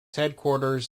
headquarters